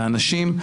לאנשים.